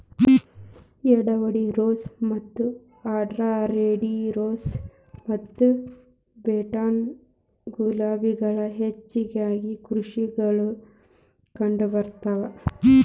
Edward rose ಮತ್ತ Andhra red rose ಮತ್ತ button ಗುಲಾಬಿಗಳು ಹೆಚ್ಚಾಗಿ ಕೃಷಿಯೊಳಗ ಕಂಡಬರ್ತಾವ